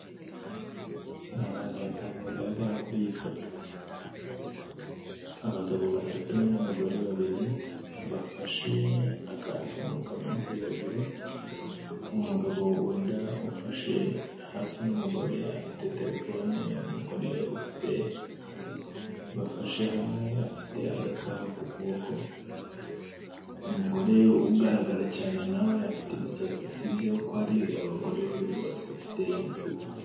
Ni abantu batanu bagaragara kuri iyi foto. Abagabo batatu n'abagore babiri bafashe akantu kamanitse hejuru, umugabo wenda ufashe hafi n'umugore afite telefone, umugore ufite bafashe hamwe afite agasaha ku kuboko, umugore ugaragara cyane na we afite imisatsi, uko ari abagore babiri bose bafite imisatsi.